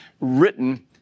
written